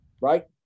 right